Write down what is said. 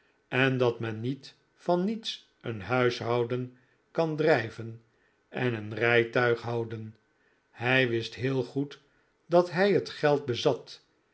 en dat men niet van niets een huishouden kan drijven en een rijtuig houden hij wist heel goed dat hij het geld bezat